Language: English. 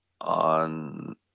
on